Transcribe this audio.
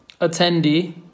Attendee